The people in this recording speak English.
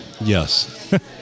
Yes